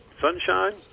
sunshine